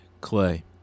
Clay